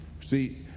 See